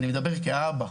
ואני מדבר כאבא,